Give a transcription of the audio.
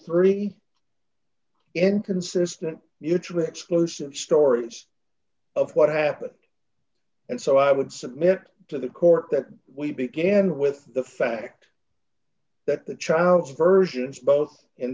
three inconsistent mutually exclusive stories of what happened and so i would submit to the court that we began with the fact that the child's versions both in